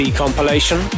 compilation